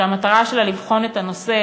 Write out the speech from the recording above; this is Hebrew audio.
שהמטרה שלה לבחון את הנושא,